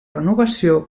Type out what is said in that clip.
renovació